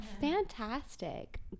fantastic